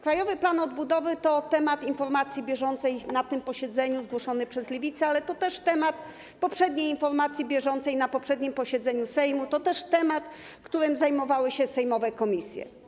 Krajowy plan odbudowy to temat informacji bieżącej na tym posiedzeniu zgłoszony przez Lewicę, ale to też temat poprzedniej informacji bieżącej na poprzednim posiedzeniu Sejmu, to też temat, którym zajmowały się sejmowe komisje.